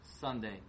Sunday